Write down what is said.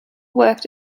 worked